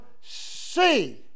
see